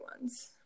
ones